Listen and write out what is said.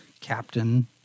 captain